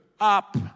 up